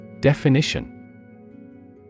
Definition